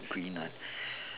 green one